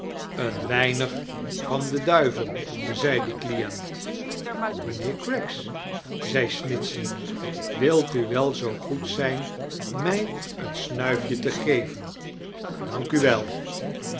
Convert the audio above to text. eem weinig van den duivel zei de client mijnheer craggs zei snitehey wijt u wel zoo goed zijn mij een smuifje te geven